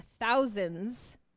thousands